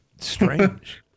Strange